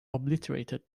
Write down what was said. obliterated